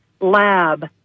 lab